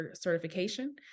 certification